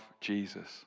Jesus